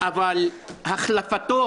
אין כמוך, חבר הכנסת.